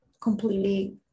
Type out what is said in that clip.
completely